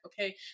okay